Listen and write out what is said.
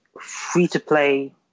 free-to-play